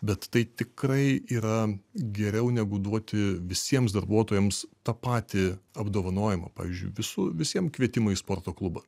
bet tai tikrai yra geriau negu duoti visiems darbuotojams tą patį apdovanojimą pavyzdžiui visu visiem kvietimą į sporto klubą